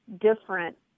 different